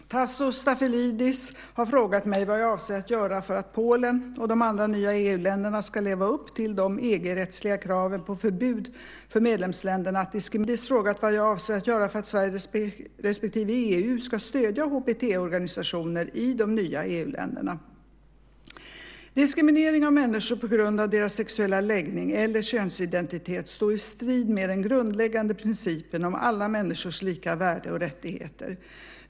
Herr talman! Tasso Stafilidis har frågat mig vad jag avser att göra för att Polen och de andra nya EU-länderna ska leva upp till de EG-rättsliga kraven på förbud för medlemsländerna att diskriminera personer på grund av sexuell läggning och könsidentitet. Vidare har Tasso Stafilidis frågat vad jag avser att göra för att Sverige respektive EU ska stödja HBT-organisationer i de nya EU-länderna. Diskriminering av människor på grund av deras sexuella läggning eller könsidentitet står i strid med den grundläggande principen om alla människors lika värde och rättigheter.